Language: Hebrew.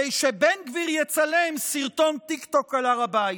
בשביל שבן גביר יצלם סרטון טיקטוק על הר הבית.